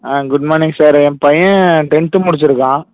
ஆ good morning sir என் பையன் tenth முடிச்சு இருக்கான்